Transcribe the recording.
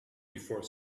before